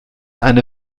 eine